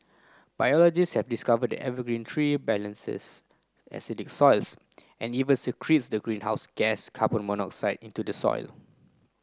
biologist have discovered the evergreen tree balances acidic soils and even secretes the greenhouse gas carbon monoxide into the soil